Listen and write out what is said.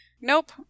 Nope